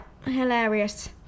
hilarious